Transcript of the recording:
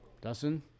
Dustin